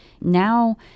Now